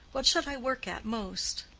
what should i work at most?